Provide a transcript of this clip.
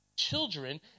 children